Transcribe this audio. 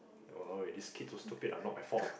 !walao! ah these kids so stupid lah not my fault lah